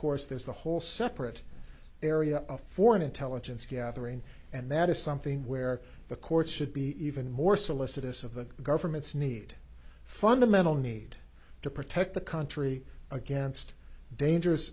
course there's the whole separate area of foreign intelligence gathering and that is something where the courts should be even more solicitous of the government's need fundamental need to protect the country against dangerous